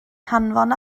hanfon